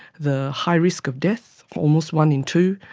the high risk of death, almost one in two,